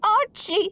Archie